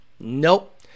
nope